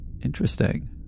Interesting